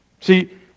See